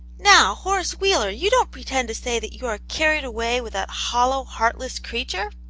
now, horace wheeler, you don't pretend to say that you are carried away with that hollow, heartless creature!